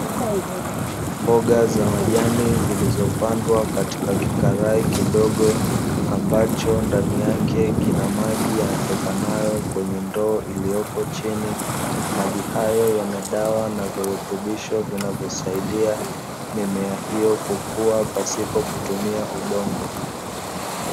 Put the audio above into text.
"Mboga za majani zilizopandwa katika kikarai kidogo, ambacho ndani yake kina maji yanatokanayo kwenye ndoo iliyopo chini. maji hayo yana dawa na virutubisho vinavyosaidia mimea hiyo kukua pasipo kutumia udongo."